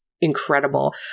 incredible